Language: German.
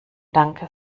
danke